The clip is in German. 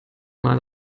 mal